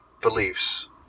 beliefs